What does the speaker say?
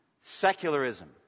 Secularism